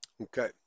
Okay